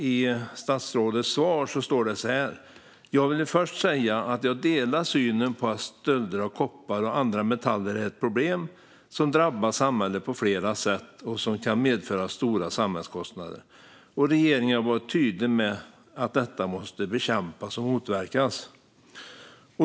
I statsrådets svar står det: "Jag vill först säga att jag delar synen på att stölder av koppar och andra metaller är ett problem som drabbar samhället på flera sätt och som kan medföra stora samhällskostnader. Regeringen har varit tydlig med att detta måste bekämpas och motverkas."